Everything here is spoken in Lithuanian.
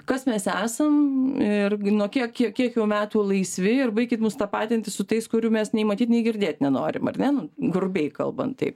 kas mes esam ir nuo kiek kiek jau metų laisvi ir baikit mus tapatinti su tais kurių mes nei matyt nei girdėt nenorim ar ne grubiai kalbant taip